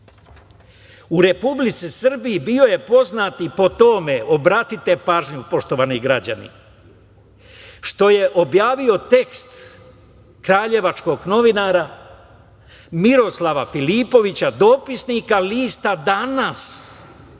Republici Srbiji bio je poznat i po tome, obratite pažnju poštovani građani, što je objavio tekst kraljevačkog novinara Miroslava Filipovića, dopisnika lista „Danas“,